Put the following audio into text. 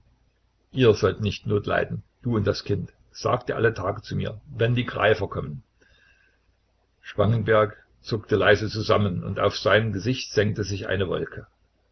ihr sollt nicht not leiden du und das kind sagt er alle tage zu mir wenn die greifer kommen spangenberg zuckte leise zusammen und auf sein gesicht senkte sich eine wolke